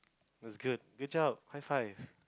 that's good good job high five